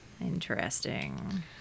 interesting